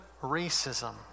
racism